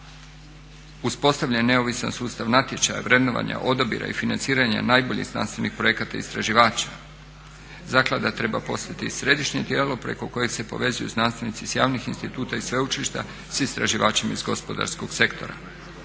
Uspostavljen je neovisan sustav natječaja, vrednovanja, odabira i financiranja najboljih znanstvenih projekata istraživača. Zaklada treba postati i središnje tijelo preko kojeg se povezuju znanstvenici iz javnih instituta i sveučilišta s istraživačima iz gospodarskog sektora.